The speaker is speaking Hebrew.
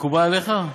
מקובל עליך?